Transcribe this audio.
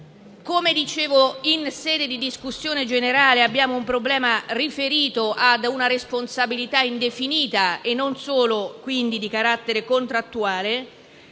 Come dicevo in sede di discussione generale, abbiamo un problema riferito a una responsabilità indefinita e quindi non solo di carattere contrattuale.